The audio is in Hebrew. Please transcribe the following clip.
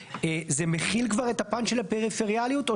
זה מכיל כבר את הפן של הפריפריאליות או